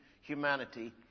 humanity